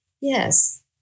yes